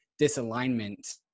disalignment